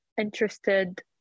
interested